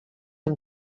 him